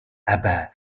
abat